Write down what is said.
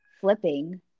flipping